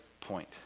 point